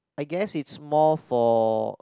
I guess it's more for